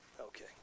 Okay